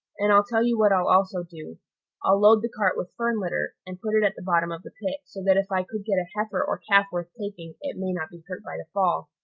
and i'll tell you what i'll also do i'll load the cart with fern litter, and put it at the bottom of the pit, so that if i could get a heifer or calf worth taking, it may not be hurt by the fall.